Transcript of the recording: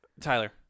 Tyler